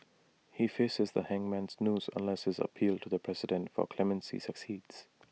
he faces the hangman's noose unless his appeal to the president for clemency succeeds